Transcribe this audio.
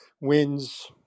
wins